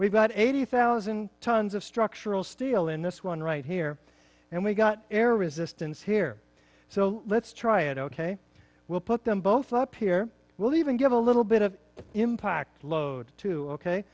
we've got eighty thousand tons of structural steel in this one right here and we've got air resistance here so let's try it ok we'll put them both up here we'll even give a little bit of impact load to ok